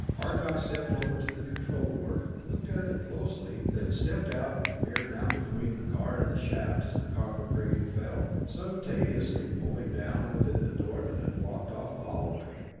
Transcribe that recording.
arcot stepped over to the control board, looked at it closely, then stepped out and peered down between the car and the shaft as the copper grating fell, simultaneously pulling down with it the door that had blocked off the hallway.